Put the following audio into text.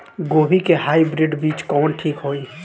गोभी के हाईब्रिड बीज कवन ठीक होई?